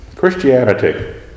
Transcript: Christianity